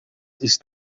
ist